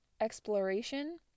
exploration